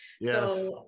Yes